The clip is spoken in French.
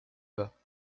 bas